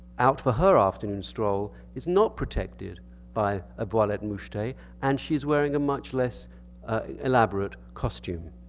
out for her afternoon stroll is not protected by a voilette mouchetee and she's wearing a much less elaborate costume.